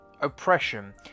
oppression